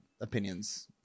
opinions